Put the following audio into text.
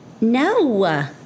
No